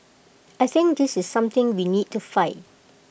I think this is something we need to fight